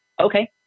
okay